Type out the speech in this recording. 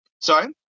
Sorry